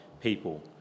people